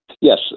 Yes